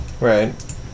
Right